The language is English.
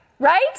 Right